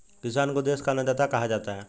किसान को देश का अन्नदाता कहा जाता है